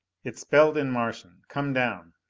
it spelled in martian, come down.